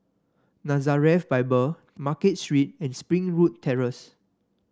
Nazareth Bible Market Street and Springwood Terrace